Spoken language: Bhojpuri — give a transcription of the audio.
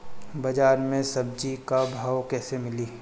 बाजार मे सब्जी क भाव कैसे मिली?